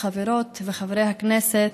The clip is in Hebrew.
חברות וחברי הכנסת,